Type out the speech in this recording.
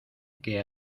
que